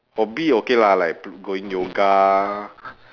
hobby okay lah like going yoga